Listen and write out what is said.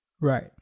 Right